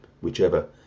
whichever